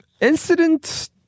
incident